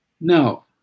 Now